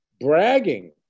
bragging